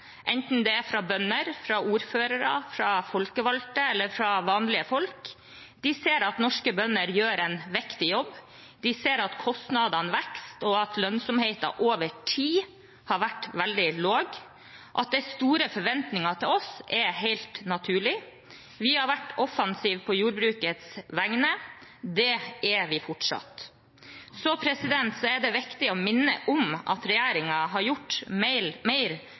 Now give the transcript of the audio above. enten det er fra bønder, ordførere, folkevalgte eller vanlige folk. De ser at norske bønder gjør en viktig jobb. De ser at kostnadene vokser, og at lønnsomheten over tid har vært veldig lav. At det er store forventninger til oss, er helt naturlig. Vi har vært offensive på jordbrukets vegne, og det er vi fortsatt. Det er viktig å minne om at regjeringen har gjort mer